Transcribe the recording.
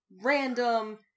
random